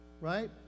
right